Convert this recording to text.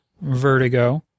Vertigo